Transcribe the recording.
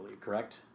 Correct